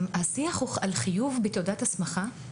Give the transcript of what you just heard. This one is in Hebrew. השיח הוא על חיוב בתעודת הסמכה,